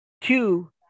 two